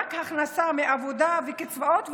רק הכנסה מעבודה וקצבאות,